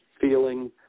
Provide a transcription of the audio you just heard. feeling